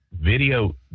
video